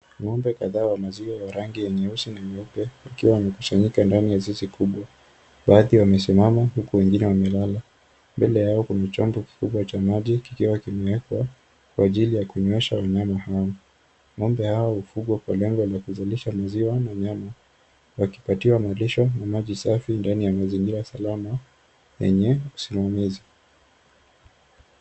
Ng'mbe kadhaa wa maziwa ya rangi ya nyeusi na nyeupe wakiwa wamekusanyika ndani ya zizi kubwa. Baadhi wamesimama huku wengine wamelala. Mbele yao kuna chombo kikubwa cha maji kikiwa kimewekwa kwa ajili ya kunywesha wanyama hawa. Ng'ombe hawa wafungwa kwa lengo la kuzalisha maziwa na nyama. Wakipatiwa malisho na maji safi ndani ya mazingira salama yenye usimamizi.